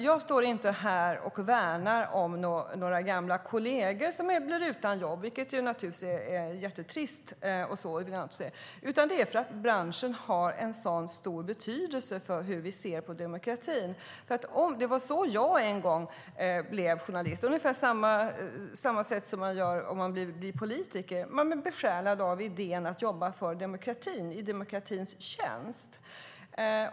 Jag står inte här och värnar några gamla kolleger som blir utan jobb, även om det naturligtvis är jättetrist, utan för att branschen har en sådan stor betydelse för hur vi ser på demokratin. Det var så jag en gång blev journalist, ungefär av samma skäl som man vill bli politiker: Man blir besjälad av idén att jobba för demokratin i demokratins tjänst.